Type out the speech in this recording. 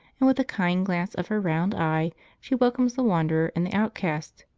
and with a kind glance of her round eye she welcomes the wanderer and the outcast.